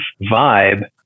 vibe